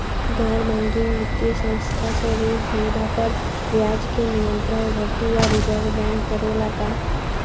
गैर बैंकिंग वित्तीय संस्था से ऋण सुविधा पर ब्याज के नियंत्रण भारती य रिजर्व बैंक करे ला का?